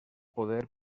poder